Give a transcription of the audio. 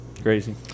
crazy